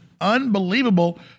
unbelievable